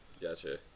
Gotcha